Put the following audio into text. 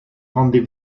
rendez